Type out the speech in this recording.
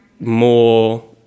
more